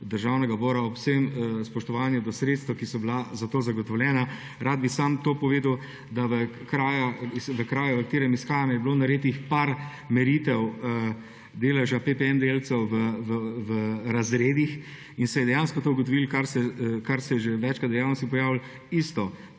Državnega zbora ob vsem spoštovanju do sredstev, ki so bila za to zagotovljena. Rad bi samo to povedal, da v kraju, od koder prihajam, je bilo narejenih nekaj meritev deleža ppm delcev v razredih in se je dejansko ugotovilo, kar se je že večkrat dejansko pojavilo, po